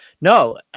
No